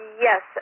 Yes